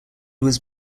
was